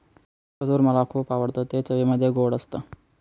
खजूर मला खुप आवडतं ते चवीमध्ये गोड असत